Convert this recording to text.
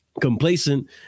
complacent